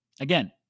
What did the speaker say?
Again